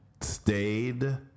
stayed